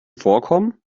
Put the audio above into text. vorkommen